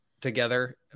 together